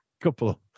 couple